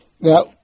Now